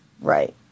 Right